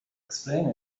explain